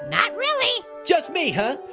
not really. just me, huh?